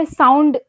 sound